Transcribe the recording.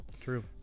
true